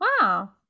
Wow